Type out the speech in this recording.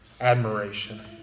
admiration